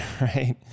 right